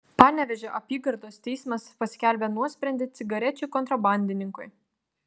panevėžio apygardos teismas paskelbė nuosprendį cigarečių kontrabandininkui